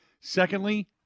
Secondly